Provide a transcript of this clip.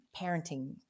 parenting